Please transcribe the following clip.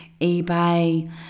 eBay